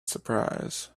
surprise